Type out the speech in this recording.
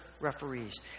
referees